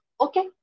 okay